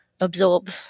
absorb